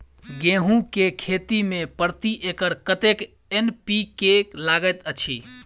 गेंहूँ केँ खेती मे प्रति एकड़ कतेक एन.पी.के लागैत अछि?